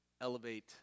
elevate